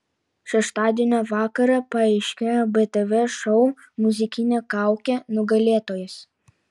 šeštadienio vakarą paaiškėjo btv šou muzikinė kaukė nugalėtojas